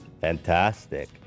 fantastic